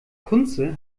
kunze